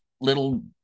little